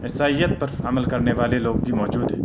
عیسائیت پر عمل کرنے والے لوگ بھی موجود ہیں